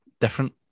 different